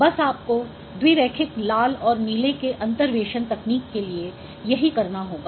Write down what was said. बस आपको द्विरैखिक लाल और नीले के अन्तेर्वेशन तकनीक के लिए यही करना होगा